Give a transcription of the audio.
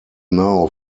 now